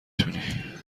تونی